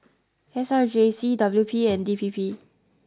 S R J C W P and D P P